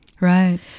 Right